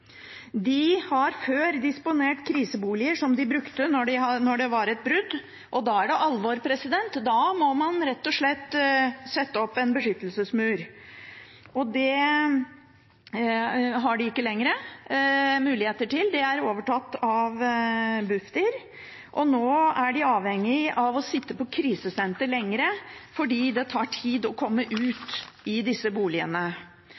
de gjør. De har før disponert kriseboliger som de brukte da det var et brudd. Og da er det alvor, da må man rett og slett sette opp en beskyttelsesmur. Det er det ikke lenger muligheter til, det er overtatt av Bufdir, og nå er de avhengige av å sitte lenger på krisesenter, fordi det tar tid å komme ut i disse boligene.